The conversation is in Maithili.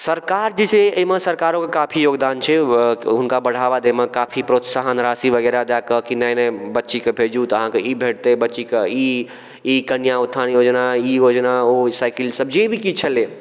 सरकार जे छै अइमे सरकारोके काफी योगदान छै हुनका बढ़ाबा दैमे काफी प्रोत्साहन राशि वगैरह दए कऽ कि नहि नहि बच्चीके भेजू तऽ अहाँके ई भेटतै बच्चीके ई ई कन्या उत्थान योजना ई योजना ओ साइकिल सब जे भी किछु छलै